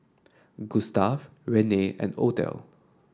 Gustav Renae and Odell